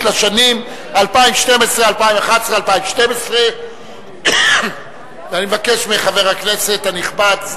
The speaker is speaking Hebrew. לשנים 2011 2012. אני מבקש מחבר הכנסת הנכבד,